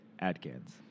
Adkins